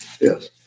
Yes